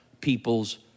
people's